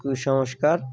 কুসংস্কার